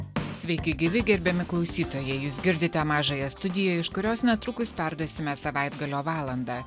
sveiki gyvi gerbiami klausytojai jūs girdite mažąją studiją iš kurios netrukus perduosime savaitgalio valandą